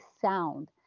sound